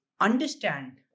understand